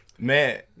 Man